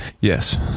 Yes